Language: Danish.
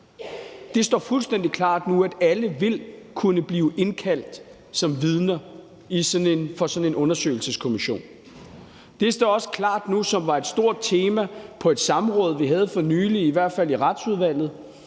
Det står fuldstændig klart nu, at alle vil kunne blive indkaldt som vidner for sådan en undersøgelseskommission. Det står også klart nu, og det var et stort tema på et samråd, vi havde for nylig i Retsudvalget,